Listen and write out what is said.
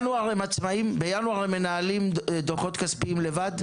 האם בינואר הקרוב הם עצמאיים והם מנהלים דוחות כספיים לבד?